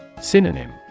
Synonym